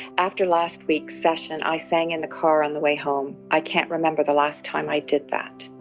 after last week's session i sang in the car on the way home. i can't remember the last time i did that.